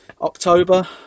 October